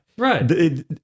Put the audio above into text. Right